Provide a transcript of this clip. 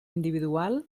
individual